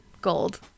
gold